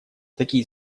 такие